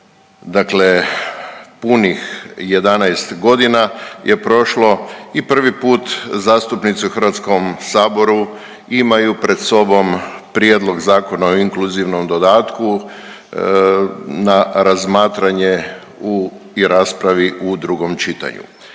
dakle punih 11 godina je prošlo i prvi put zastupnici u Hrvatskom saboru imaju pred sobom Prijedlog Zakona o inkluzivnom dodatku na razmatranje u, i raspravi u drugom čitanju.